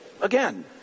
again